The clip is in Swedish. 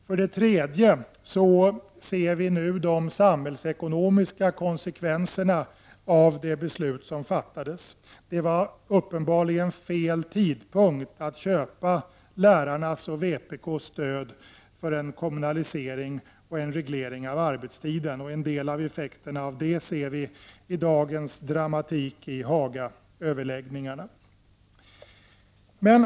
För det tredje ser vi nu de samhällsekonomiska konsekvenserna av det beslut som fattades. Det var uppenbarligen fel tidpunkt att köpa lärarnas och vpk:s stöd för en kommunalisering och en reglering av arbetstiden. En del av de effekterna ser vi i dagens dramatik i Hagaöverläggningarna.